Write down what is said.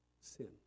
Sin